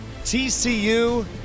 TCU